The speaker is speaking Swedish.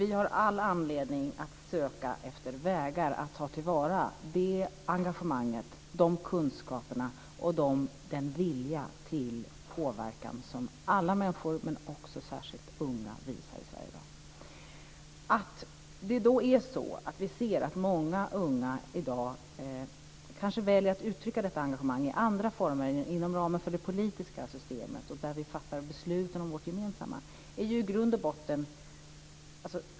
Vi har all anledning att söka efter vägar att ta till vara det engagemang, de kunskaper och den vilja till påverkan som alla människor men särskilt unga visar i Sverige i dag. Vi ser att många unga i dag väljer att uttrycka detta engagemang i andra former än inom ramen för det politiska systemet, där vi fattar besluten om våra gemensamma angelägenheter.